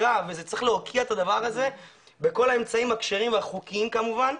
צריך להוקיע את הדבר הזה בכל האמצעים הכשרים והחוקיים כמובן.